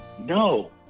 No